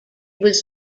was